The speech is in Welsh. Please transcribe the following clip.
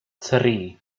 tri